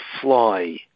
fly